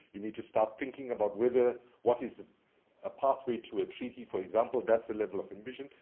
you need to start thinking about whether what is a pathway to a treaty, for example, that's a level of ambition.